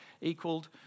equaled